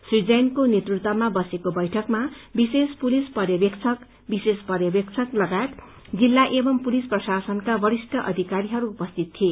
श्री जैनको नेतृत्वमा बसेको बैठकमा विशेष पुलिस पर्यवेक्षक विशेष पर्यवेक्षक लगायत जिल्ला एवं पुलिस प्रशासनका वरिष्ठ अधिकारीहरू उपस्थित थिए